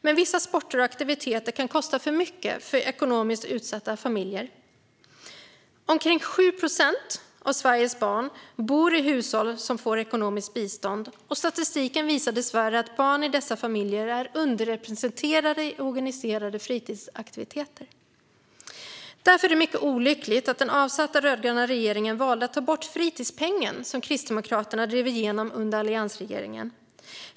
Men vissa sporter och aktiviteter kan kosta för mycket för ekonomiskt utsatta familjer. Omkring 7 procent av Sveriges barn bor i hushåll som får ekonomiskt bistånd. Statistiken visar dessvärre att barn i dessa familjer är underrepresenterade vid organiserade fritidsaktiviteter. Därför är det mycket olyckligt att den avsatta rödgröna regeringen valde att ta bort fritidspengen som Kristdemokraterna drev igenom under alliansregeringen.